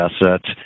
assets